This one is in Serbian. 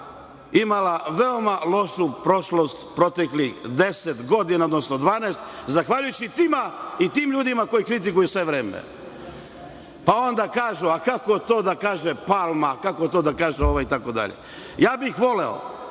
imala veoma lošu prošlost u proteklih 10 godina, odnosno 12 godina, zahvaljujući tim i tim ljudima koji kritikuju sve vreme. Onda kažu – kako to da kaže Palma, kako to da kaže ovaj, itd? Voleo